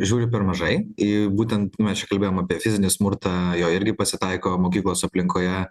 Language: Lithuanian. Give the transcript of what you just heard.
žiūri per mažai į būtent mes čia kalbėjom apie fizinį smurtą jo irgi pasitaiko mokyklos aplinkoje